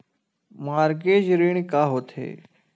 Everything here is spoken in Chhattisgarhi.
मॉर्गेज ऋण का होथे?